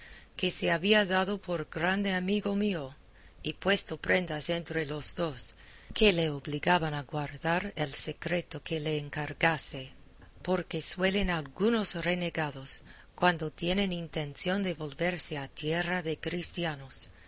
que se había dado por grande amigo mío y puesto prendas entre los dos que le obligaban a guardar el secreto que le encargase porque suelen algunos renegados cuando tienen intención de volverse a tierra de cristianos